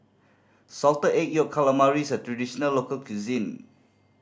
Salted Egg Yolk Calamari is a traditional local cuisine